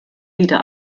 wieder